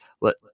let